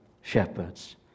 shepherds